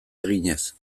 eginez